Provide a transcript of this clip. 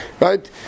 Right